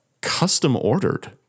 custom-ordered